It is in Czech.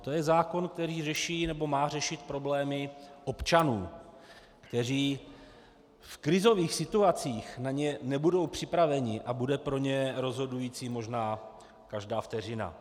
To je zákon, který má řešit problémy občanů, kteří v krizových situacích na ně nebudou připraveni, a bude pro ně rozhodující možná každá vteřina.